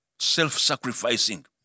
self-sacrificing